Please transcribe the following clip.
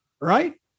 Right